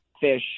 fish